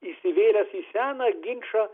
įsivėlęs į seną ginčą